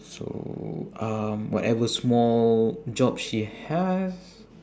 so um whatever small jobs she has